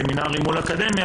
סמינרים מול אקדמיה.